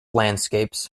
landscapes